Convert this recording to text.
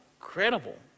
incredible